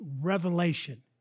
revelation